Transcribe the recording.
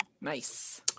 Nice